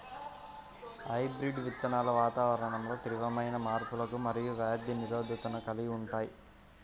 hybrid విత్తనాలు వాతావరణంలో తీవ్రమైన మార్పులకు మరియు వ్యాధి నిరోధకతను కలిగి ఉంటాయి